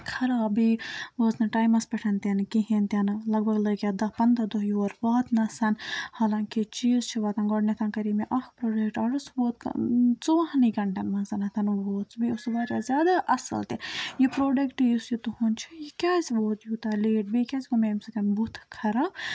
خراب بیٚیہِ وٲژ نہٕ ٹایمَس پٮ۪ٹھ تہِ نہٕ کِہیٖنۍ تہِ نہٕ لَگ بگ لٔگۍ اَتھ دَہ پَنٛداہ دۄہ یور واتنَس حالانٛکہِ چیٖز چھِ واتان گۄڈٕنٮ۪تھ کَرے مےٚ اَکھ پرٛوٚڈَکٹ آرڈَر سُہ ووت ژوٚوُہَنٕے گَھنٹَن منٛز ووت سُہ بیٚیہِ اوس سُہ واریاہ زیادٕ اَصٕل تہِ یہِ پرٛوٚڈَکٹ یُس یہِ تُہُنٛد چھُ یہِ کیٛازِ ووت یوٗتاہ لیٹ بیٚیہِ کیٛازِ گوٚو مےٚ اَمہِ سۭتۍ بُتھ خراب